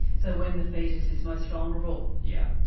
so when the foetus is most vulnerable? yeah